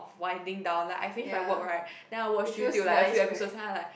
winding down like I finish my work right then I watch YouTube like a few episodes then I like